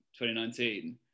2019